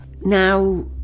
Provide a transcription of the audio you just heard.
now